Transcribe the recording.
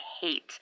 hate